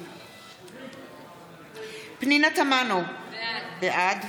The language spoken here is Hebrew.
בעד פנינה תמנו, בעד